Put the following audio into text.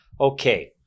Okay